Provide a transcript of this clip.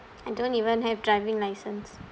I don't even have driving license